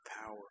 power